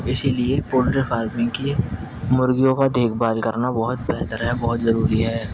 اسی لیے poultry farming کی مرغیوں کا دیکھ بھال کرنا بہت بہتر ہے بہت ضروری ہے